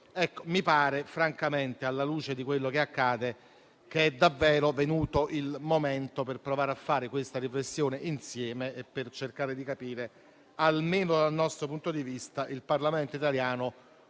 politica. Francamente, alla luce di quello che accade, mi pare sia davvero venuto il momento per provare a fare questa riflessione insieme, per cercare di capire, almeno dal nostro punto di vista, quale contributo